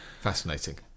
fascinating